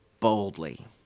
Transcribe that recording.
boldly